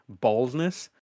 baldness